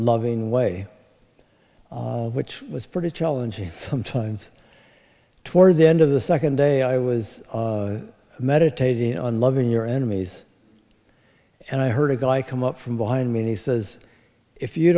loving way which was pretty challenging sometimes toward the end of the second day i was meditating on loving your enemies and i heard a guy come up from behind me and he says if you